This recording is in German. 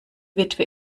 witwe